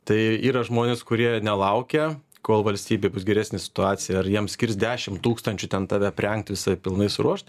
tai yra žmonės kurie nelaukia kol valstybėj bus geresnė situacija ar jiem skirs dešim tūkstančių ten tave aprengt visą ir pilnai suruošt